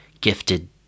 gifted